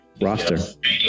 roster